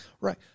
Right